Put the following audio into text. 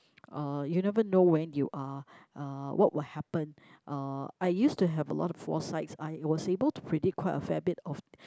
uh you never know when you are uh what would happen uh I used to have a lot of foresights I was able to predict quite a fair bit of